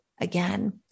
again